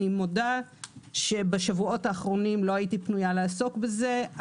אני מודה שבשבועות האחרונים לא הייתי פנויה לעסוק בזה.